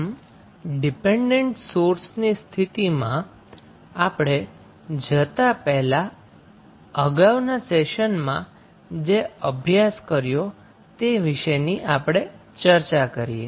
આમ ડિપેન્ડન્ટ સોર્સની સ્થિતિમાં આપણે જતાં પહેલા આપણે અગાઉના સેશનમાં જે અભ્યાસ કર્યો તે વિષેની આપણે ચર્ચા કરીએ